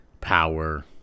power